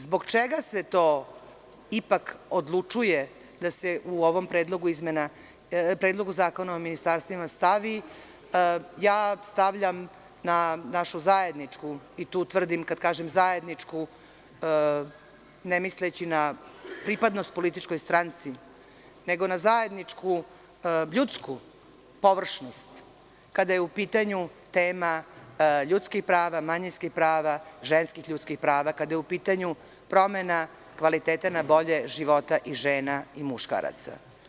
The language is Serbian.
Zbog čega se ipak odlučuje da se to u ovom Predlogu zakona o ministarstvima stavi, ja stavljam na našu zajedničku, kad kažem zajedničku, tu ne mislim na pripadnost političkoj stranci, nego na zajedničku ljudsku površnost kada je u pitanju tema ljudskih prava, manjinskih prava, ženskih ljudskih prava, kada je u pitanju promena kvaliteta na bolje života i žena i muškaraca.